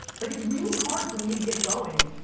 like, it's really hard for me to get going.